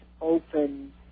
open